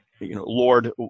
Lord